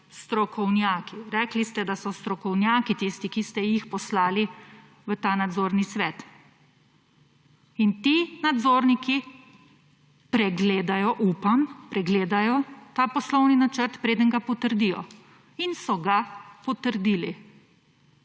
strokovnjaki. Rekli ste, da so strokovnjaki tisti, ki ste jih poslali v ta nadzorni svet. In ti nadzorniki pregledajo, upam, pregledajo ta poslovni načrt, preden ga potrdijo in so ga potrdili.